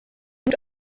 mut